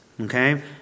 okay